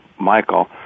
Michael